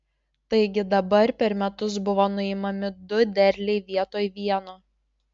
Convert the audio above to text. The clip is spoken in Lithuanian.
taigi dabar per metus buvo nuimami du derliai vietoj vieno